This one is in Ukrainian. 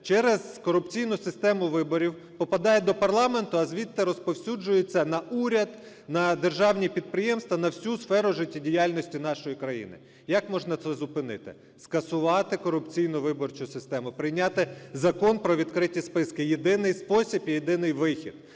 через корупційну систему виборів попадає до парламенту, а звідти розповсюджується на уряд, на державні підприємства, на всю сферу життєдіяльності нашої країни. Як можна це зупинити? Скасувати корупційну виборчу систему, прийняти Закон про відкриті списки – єдиний спосіб і єдиний вихід.